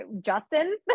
Justin